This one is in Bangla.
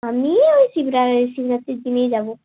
আমি ওই শিবরা ওই শিবরাত্রির দিনেই যাবো